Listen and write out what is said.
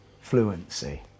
Fluency